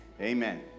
Amen